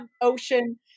ocean